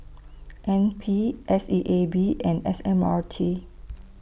N P S E A B and S M R T